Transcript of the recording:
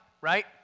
Right